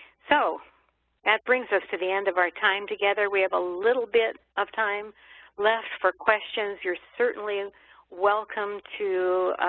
so that brings us to the end of our time together. we have a little bit of time left for questions. you're certainly and welcome to